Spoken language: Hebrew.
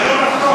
זה לא נכון?